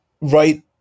right